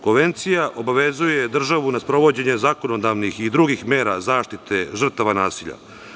Konvencija obavezuje državu na sprovođenju zakonodavnih i drugih mera zaštite žrtava nasilja.